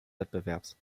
wettbewerbs